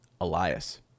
Elias